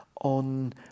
on